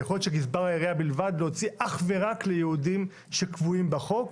היכולת של גזבר העירייה בלבד להוציא אך ורק לייעודים שכתובים בחוק,